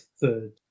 third